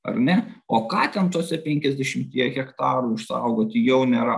ar ne o ką ten tuose penkiasdešimtyje hektarų išsaugoti jau nėra